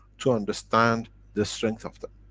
to understand the strength of them.